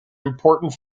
important